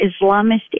Islamist